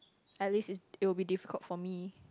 at least is it will be difficult for me